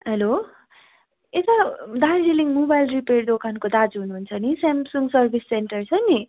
hello यता Darjeeling mobile repair दोकानको दाजु हुनु हुन्छ लि सेमसङ सर्भिस सेन्टर छ नि